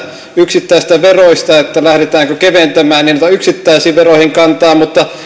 yksittäisistä veroista että lähdetäänkö keventämään niin en ota yksittäisiin veroihin kantaa mutta